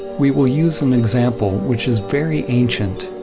we will use an example which is very ancient.